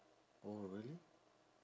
oh really